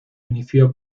inició